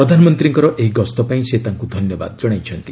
ପ୍ରଧାନମନ୍ତ୍ରୀଙ୍କର ଏହି ଗସ୍ତ ପାଇଁ ସେ ତାଙ୍କୁ ଧନ୍ୟବାଦ ଜଣାଇଛନ୍ତି